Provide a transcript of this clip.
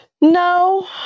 No